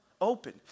open